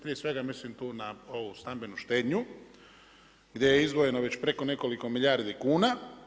Prije svega mislim tu na ovu stambenu štednju gdje je izdvojeno već preko nekoliko milijardi kuna.